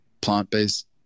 plant-based